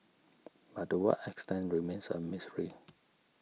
but to what extent remains a mystery